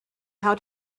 how